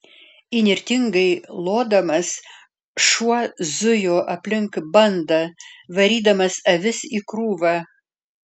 įnirtingai lodamas šuo zujo aplink bandą varydamas avis į krūvą